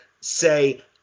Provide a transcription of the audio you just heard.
say